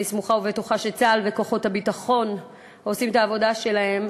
אני סמוכה ובטוחה שצה"ל וכוחות הביטחון עושים את העבודה שלהם,